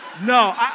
No